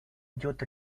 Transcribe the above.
идет